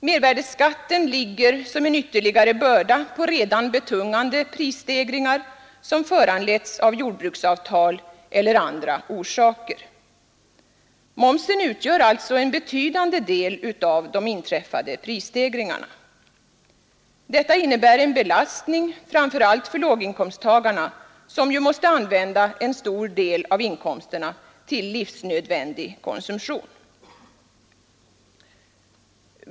Mervärdeskatten ligger som en ytterligare börda på redan betungande prisstegringar som föranletts av jordbruksavtal eller andra omständigheter. Momsen utgör alltså en betydande del av de inträffade prisstegringarna. Detta innebär en belastning framför allt för låginkomsttagarna, som ju måste använda en stor del av inkomsterna till livsnödvändig konsumtion.